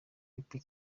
happy